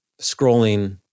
scrolling